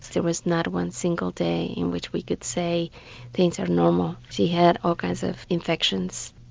there was not one single day in which we could say things are normal, she had all kinds of infections,